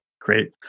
Great